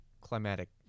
climatic